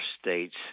states